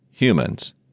Humans